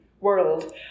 world